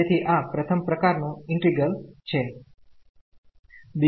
તેથી આ પ્રથમ પ્રકાર નું ઈન્ટિગ્રલછે